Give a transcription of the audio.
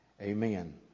Amen